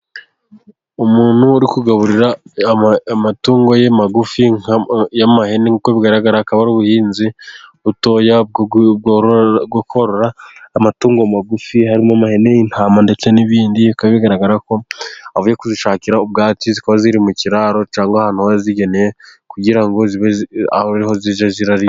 Umuntu uri kugaburira amatungo ye magufi y'ihene. Nk'uko bigaragara akaba ari ubuhinzi butoya bwo korora amatungo magufi harimo ihene, intama ,ndetse n'ibindi. Bikagaragara ko avuye kuzishakira ubwatsi. Ziba ziri mu kiraro cyangwa ahantu ho yazigenewe kugira ngo abe ari ho zijya zirarira.